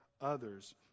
others